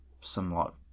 somewhat